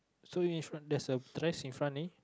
so in front there's a trash in front eh